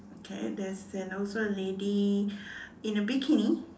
okay there is and also lady in a bikini